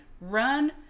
run